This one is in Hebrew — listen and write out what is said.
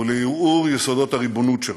ולערעור יסודות הריבונות שלנו.